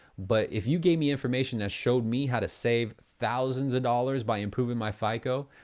but if you gave me information that showed me how to save thousands of dollars by improving my fico,